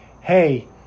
hey